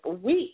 week